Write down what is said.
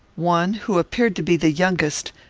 one, who appeared to be the youngest,